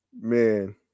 man